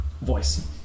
voice